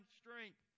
strength